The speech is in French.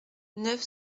neuf